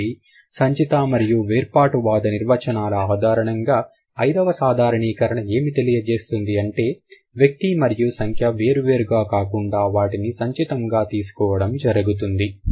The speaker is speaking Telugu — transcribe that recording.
కాబట్టి సంచిత మరియు వేర్పాటువాద నిర్వచనాల ఆధారంగా ఐదవ సాధారణీకరణ ఏమి తెలియజేస్తుంది అంటే వ్యక్తి మరియు సంఖ్య వేర్వేరుగా కాకుండా వాటిని సంచితముగా తీసుకోవడం జరుగుతుంది